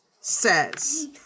says